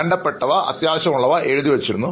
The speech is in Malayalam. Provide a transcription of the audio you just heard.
വേണ്ടപ്പെട്ടവ ഞാൻ എഴുതി വച്ചിരുന്നു